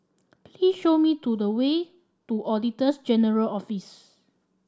please show me to the way to Auditor's General Office